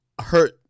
hurt